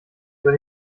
über